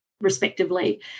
respectively